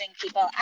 people